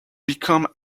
become